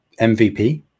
MVP